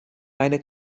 eine